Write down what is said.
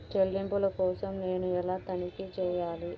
చెల్లింపుల కోసం నేను ఎలా తనిఖీ చేయాలి?